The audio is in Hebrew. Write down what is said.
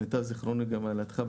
ולמיטב זיכרוני גם על ידך,